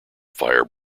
fire